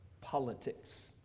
politics